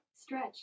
Stretch